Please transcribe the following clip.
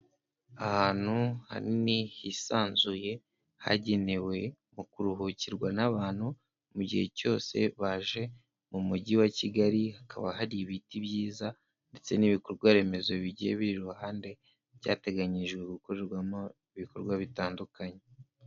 Ahantu hanini hisanzuye hagenewe mu kuruhukirwa n'abantu mu gihe cyose baje mu mujyi wa Kigali, hakaba hari ibiti byiza ndetse n'ibikorwa remezo bigiye biri iruhande byateganyijwe gukorerwamo ibikorwa bitandukanye.